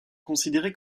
considéré